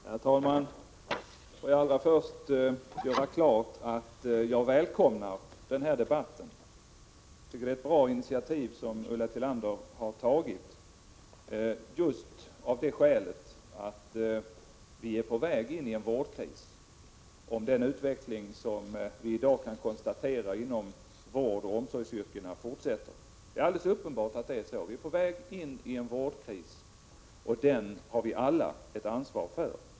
Herr talman! Allra först vill jag göra klart att jag välkomnar den här debatten. Jag tycker att det är ett bra initiativ som Ulla Tillander har tagit, just av det skälet att vi är på väg in i en vårdkris. Om den utveckling som vi i dag kan konstatera inom vårdoch omsorgsyrkena fortsätter är det alldeles uppenbart att vi är på väg in i en vårdkris, och den har vi alla ett ansvar för.